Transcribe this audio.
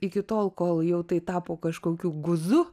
iki tol kol jau tai tapo kažkokiu guzu